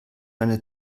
eine